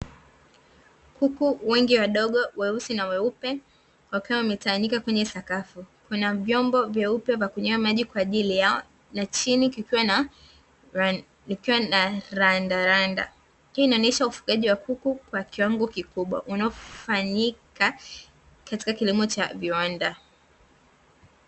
Kuku wengi wadogo weusi na weupe wakiwa wametawanyika kwenye sakafu , Kuna vyombo vyeupe vya kunywea maji kwaajili yao na chini Kukiwa na randa randa hii inaonyesha ufugaji wa kuku kwa kiwango kikubwa unaofanyika katika kilimo Cha viwanda .